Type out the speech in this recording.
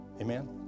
Amen